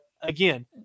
again